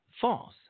false